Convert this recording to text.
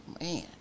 man